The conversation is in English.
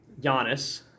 Giannis